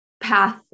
path